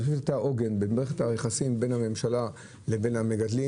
אני חושב שאתה מהווה עוגן במערכת היחסים בין הממשלה לבין המגדלים,